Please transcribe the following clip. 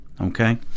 Okay